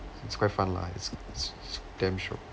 it's quite fun lah it's it's damn shiok